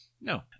No